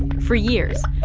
for years,